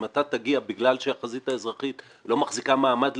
אם אתה תגיע למלחמה בגלל שהחזית האזרחית לא מחזיקה מעמד,